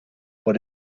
what